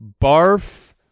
Barf